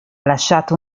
lasciato